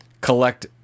collect